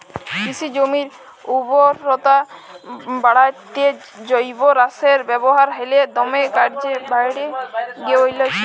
কিসি জমির উরবরতা বাঢ়াত্যে জৈব সারের ব্যাবহার হালে দমে কর্যে বাঢ়্যে গেইলছে